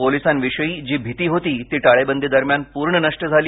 पोलिसांविषयी जी भीती होती ती टाळेबंदी दरम्यान पूर्ण नष्ट झाली